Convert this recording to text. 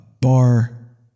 bar